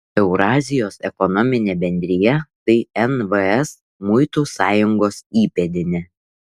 eurazijos ekonominė bendrija tai nvs muitų sąjungos įpėdinė